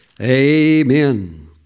Amen